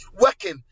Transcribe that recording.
working